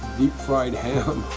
deep-fried ham